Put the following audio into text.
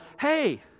hey